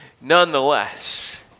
nonetheless